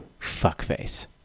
fuckface